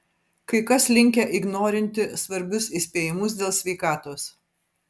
kai kas linkę ignorinti svarbius įspėjimus dėl sveikatos